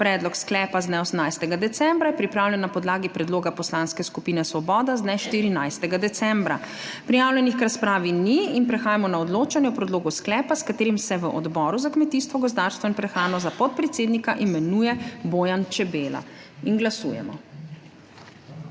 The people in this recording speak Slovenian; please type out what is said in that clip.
Predlog sklepa z dne 18. decembra je pripravljen na podlagi predloga Poslanske skupine Svoboda z dne 14. decembra. Prijavljenih k razpravi ni in prehajamo na odločanje o predlogu sklepa, s katerim se v Odboru za kmetijstvo, gozdarstvo in prehrano za podpredsednika imenuje Bojan Čebela. Glasujemo.